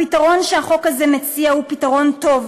הפתרון שהחוק הזה מציע הוא פתרון טוב,